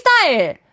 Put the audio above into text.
style